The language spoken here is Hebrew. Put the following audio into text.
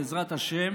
בעזרת השם.